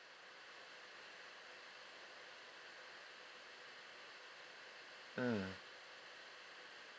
mm